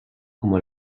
como